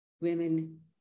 women